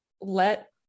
let